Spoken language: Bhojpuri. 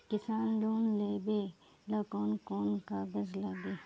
किसान लोन लेबे ला कौन कौन कागज लागि?